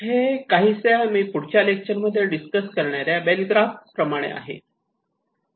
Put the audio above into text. हे काहीसे मी पुढच्या लेक्चर मध्ये डिस्कस करणाऱ्या बेल ग्राफ प्रमाणे आहे